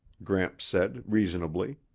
gramps said reasonably.